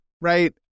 right